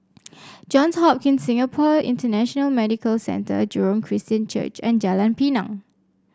Johns Hopkins Singapore International Medical Centre Jurong Christian Church and Jalan Pinang